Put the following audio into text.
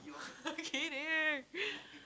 I'm kidding